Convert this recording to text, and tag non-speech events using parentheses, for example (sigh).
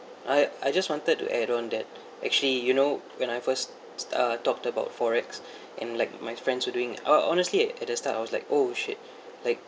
I I just wanted to add on that actually you know when I first s~ uh talked about forex (breath) and like my friends who doing hon~ honestly at the start I was like oh shit like